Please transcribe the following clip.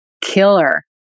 killer